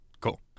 Cool